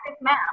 map